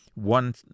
one